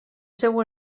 seu